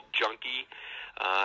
junkie